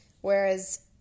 Whereas